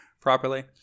properly